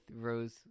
rose